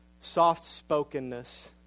soft-spokenness